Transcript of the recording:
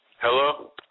Hello